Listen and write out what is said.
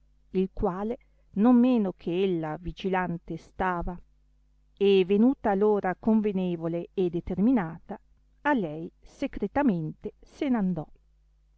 il quale non meno che ella vigilante stava e venuta l'ora convenevole e determinata a lei secretamente se n'andò